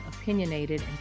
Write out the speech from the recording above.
opinionated